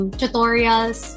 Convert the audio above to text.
tutorials